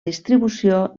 distribució